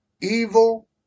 Evil